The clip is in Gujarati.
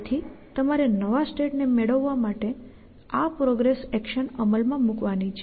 તેથી તમારે નવા સ્ટેટ ને મેળવવા માટે આ પ્રોગ્રેસ એક્શન અમલમાં મૂકવાની છે